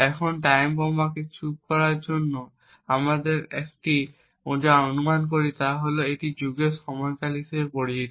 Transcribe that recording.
এখন টাইম বোমাকে চুপ করার জন্য আমরা প্রথমে যা অনুমান করি তা একটি যুগের সময়কাল হিসাবে পরিচিত